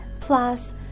Plus